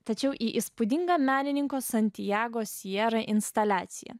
tačiau į įspūdingą menininko santjago sierą instaliaciją